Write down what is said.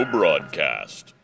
Broadcast